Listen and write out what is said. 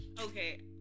okay